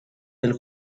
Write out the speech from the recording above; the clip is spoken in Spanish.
del